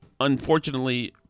unfortunately